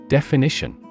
Definition